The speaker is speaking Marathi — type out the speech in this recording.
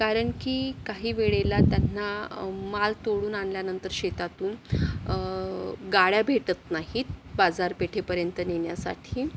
कारण की काही वेळेला त्यांना माल तोडून आणल्यानंतर शेतातून गाड्या भेटत नाहीत बाजारपेठेपर्यंत नेण्यासाठी